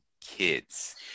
kids